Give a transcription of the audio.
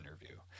interview